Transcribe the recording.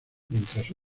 mientras